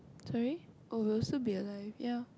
sorry oh we also be live